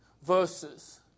verses